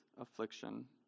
affliction